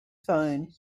phone